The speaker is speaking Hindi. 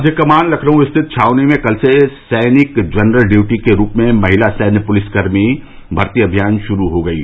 मध्य कमान लखनऊ स्थित छावनी में कल से सैनिक जनरल ड्यूटी के रूप में महिला सैन्य पुलिस भर्ती शुरू हो गयी